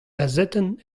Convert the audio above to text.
gazetenn